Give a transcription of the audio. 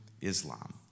Islam